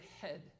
head